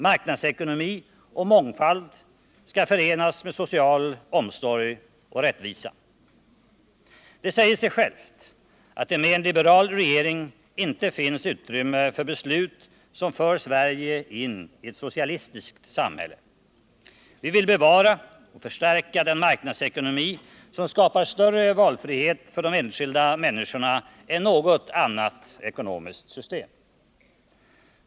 Marknadsekonomi och mångfald skall förenas med social omsorg och rättvisa. Det säger sig självt att det med en liberal regering inte finns utrymme för beslut som för Sverige in i ett socialistiskt samhälle. Vi vill bevara och förstärka den marknadsekonomi som skapar större valfrihet för de enskilda människorna än något annat ekonomiskt system.